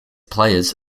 players